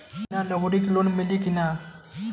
बिना नौकरी के लोन मिली कि ना?